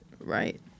Right